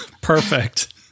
Perfect